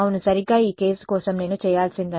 విద్యార్థి ఈ కేసు మీకేదైనా ఉందనుకుందాం సమయం 1131 చూడండి